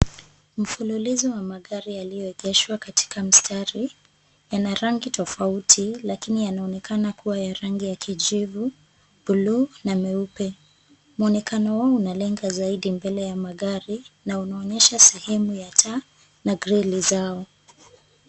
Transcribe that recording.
Mfululizo wa magari yaliyoegeshwa katika mstari, yana rangi tofauti lakini yanaonekana kuwa ya rangi ya kijivu, bluu na meupe. Muonekano huu unalenga zaidi mbele ya magari na unaonyesha sehemu ya taa na grili zao.